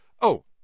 Oh